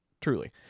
truly